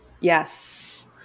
Yes